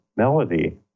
melody